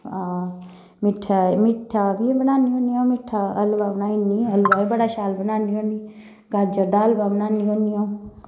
हां मिट्ठा मिट्ठा बी बनान्नी होन्नी अ'ऊं मिट्ठा हलवा बनाई ओड़नी हलवा बी बड़ा शैल बनान्नी होन्नी गाजर दा हलवा बनान्नी होन्नी अ'ऊं